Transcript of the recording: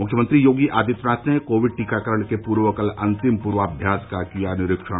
मुख्यमंत्री योगी आदित्यनाथ ने कोविड टीकाकरण के पूर्व कल अंतिम पूर्वाभ्यास का किया निरीक्षण